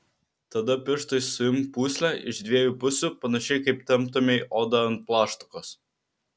tada pirštais suimk pūslę iš dviejų pusių panašiai kaip temptumei odą ant plaštakos